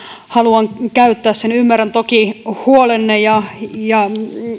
haluan käyttää sen ymmärrän toki huolenne ja ja